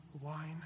wine